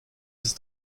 ist